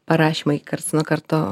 parašymai karts nuo karto